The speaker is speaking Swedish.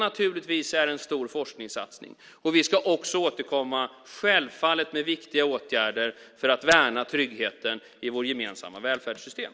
Vi ska självfallet också återkomma med viktiga åtgärder för att värna tryggheten i vårt gemensamma välfärdssystem.